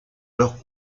leur